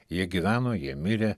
jie gyveno jie mirė